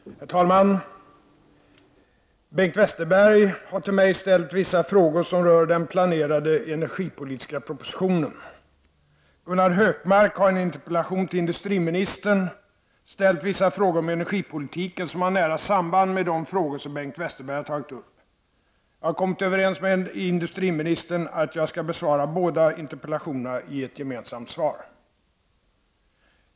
Herr talman! Bengt Westerberg har till mig ställt vissa frågor som rör den planerade energipolitiska propositionen. Gunnar Hökmark har i en interpellation till industriministern ställt vissa frågor om energipolitiken som har nära samband med de frågor som Bengt Westerberg har tagit upp. Jag har kommit överens med industriministern om att jag skall besvara båda interpellationerna i ett gemensamt svar.